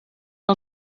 que